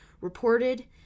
reported